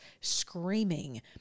screaming